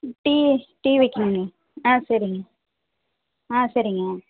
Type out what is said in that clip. ம் tea tea வைக்கணுமே ஆ சரிங்க ஆ சரிங்க